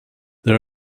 there